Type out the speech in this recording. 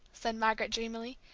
said margaret, dreamily,